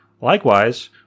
Likewise